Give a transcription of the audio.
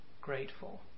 grateful